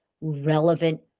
relevant